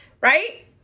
right